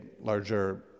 larger